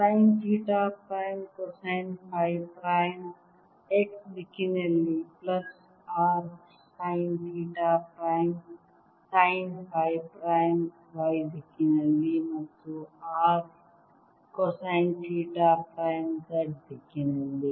sign theta prime cosine phi prime x ದಿಕ್ಕಿನಲ್ಲಿ plus r sine theta prime sine phi prime y ದಿಕ್ಕಿನಲ್ಲಿ ಮತ್ತು r cosine theta prime z ದಿಕ್ಕಿನಲ್ಲಿ